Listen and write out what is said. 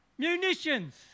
Munitions